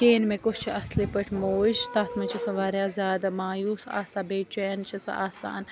کہیٖنۍ مےٚ کُس چھُ اَصلی پٲٹھۍ موج تَتھ مَنٛز چھِ سُہ واریاہ زیادٕ مایوٗس آسان بے چین چھِ سُہ آسان